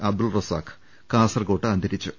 അബ്ദുൾ റസാഖ് കാസർക്കോട്ട് അന്തരിച്ചു